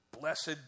blessed